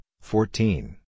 fourteen